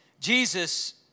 Jesus